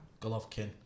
Golovkin